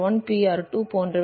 Pr1 Pr2 போன்றவை